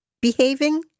behaving